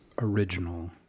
original